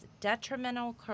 detrimental